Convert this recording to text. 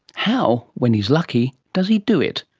how, when he's lucky, does he do it?